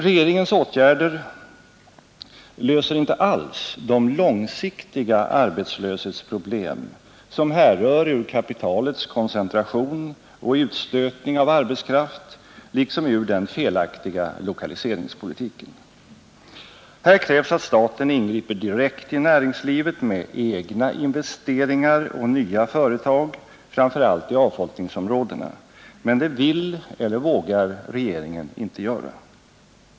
Regeringens åtgärder löser inte alls de långsiktiga arbetslöshetsproblem som härrör ur kapitalets koncentration och utstötning av arbetskraft liksom ur den felaktiga lokaliseringspolitiken. Här krävs att staten ingriper direkt i näringslivet med egna investeringar och nya företag, framför allt i avfolkningsområdena, men det vill eller vågar regeringen inte göra.